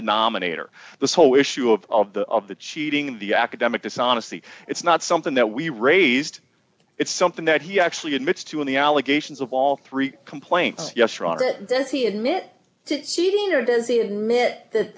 denominator this whole issue of the of the cheating the academic dishonesty it's not something that we raised it's something that he actually admits to in the allegations of all three complaints yes rocket does he admit to cheating or does he admit that